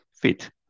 fit